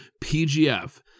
PGF